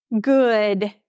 good